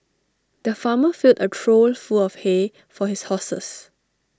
the farmer filled A trough full of hay for his horses